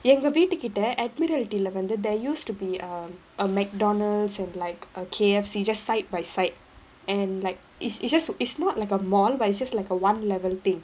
எங்க வீட்டுகிட்ட:எங்க veettukitta admiralty leh வந்து:vandhu there used to be um a McDonald's and like a K_F_C just side by side and like it's it's just it's not like a mall by it's just like a one level thing